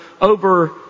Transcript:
over